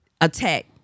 attack